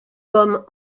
comme